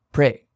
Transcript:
Pray